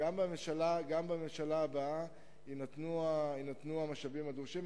גם בממשלה הבאה יינתנו המשאבים הדרושים.